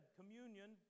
communion